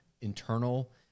internal